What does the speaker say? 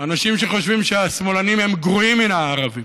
אנשים שחושבים שהשמאלנים הם גרועים מן הערבים,